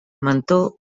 mentó